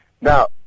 Now